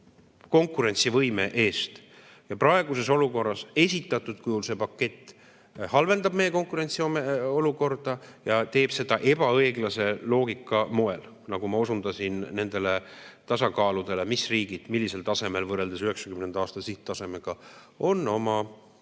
konkurentsivõime eest. Ja praeguses olukorras, esitatud kujul see pakett halvendab meie konkurentsiolukorda ja teeb seda ebaõiglase loogikaga, nagu ma osundasin nendele tasakaaludele, mis riigid millisel tasemel võrreldes 1990. aasta sihttasemega on oma